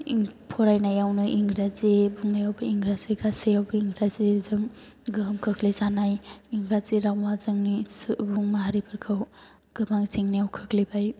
फरायनायावनो इंराजि बुंनायावबो इंराजि गासैयावबो इंराजिजों गोहोम खोख्लैजानाय इंराजि रावा जोंनि सुबुं माहारिफोरखौ गोबां जेंनायाव खोख्लैबाय